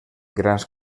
grans